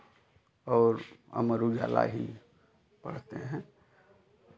और अमर उजाला ही पढ़ते हैं